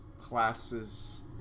classes